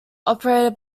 operated